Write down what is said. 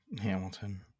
Hamilton